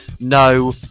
no